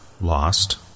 Lost